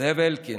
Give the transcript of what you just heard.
זאב אלקין,